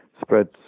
spreads